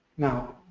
now,